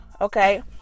okay